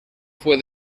fue